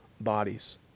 bodies